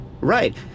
Right